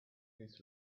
this